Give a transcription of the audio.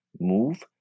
move